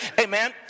Amen